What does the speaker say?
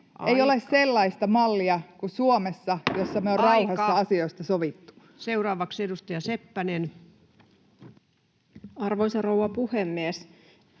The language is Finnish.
Ei ole sellaista mallia kuin Suomessa, [Puhemies: Aika!] jossa me ollaan rauhassa asioista sovittu. Seuraavaksi edustaja Seppänen. Arvoisa rouva puhemies!